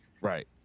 Right